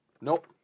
Nope